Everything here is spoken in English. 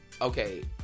okay